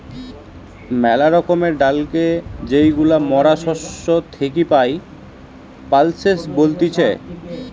মেলা রকমের ডালকে যেইগুলা মরা শস্য থেকি পাই, পালসেস বলতিছে